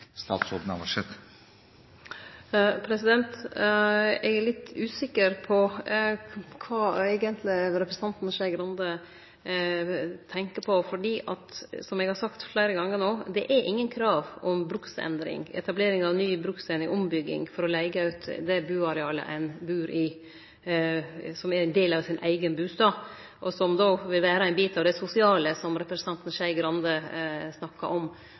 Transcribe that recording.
Eg er litt usikker på kva representanten Skei Grande eigentleg tenkjer på, for, som eg har sagt fleire gonger no, det er ingen krav om etablering av ny bruksendring eller ombygging for å leige ut det buarealet ein bur i, som er ein del av eigen bustad, og som då vil vere ein bit av det sosiale som representanten Skei Grande snakkar om.